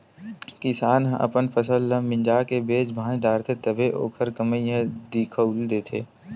किसान ह अपन फसल ल मिंज के बेच भांज डारथे तभे ओखर कमई ह दिखउल देथे